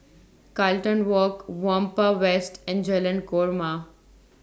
Carlton Walk Whampoa West and Jalan Korma